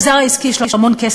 והמגזר העסקי הוא הרביעית בהן,